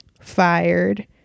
fired